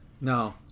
No